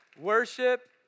worship